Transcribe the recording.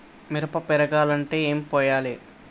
మిరప పెరగాలంటే ఏం పోయాలి?